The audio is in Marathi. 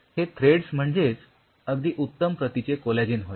हे थ्रेडस म्हणजेच अगदी उत्तम प्रतीचे कोलॅजिन होय